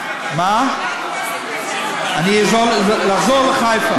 אחזור לחיפה.